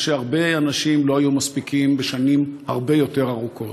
מה שהרבה אנשים לא היו מספיקים בשנים הרבה יותר ארוכות.